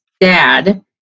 dad